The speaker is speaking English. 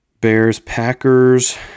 Bears-Packers